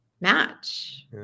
match